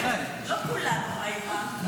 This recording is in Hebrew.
לא כולנו איימן.